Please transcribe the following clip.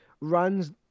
runs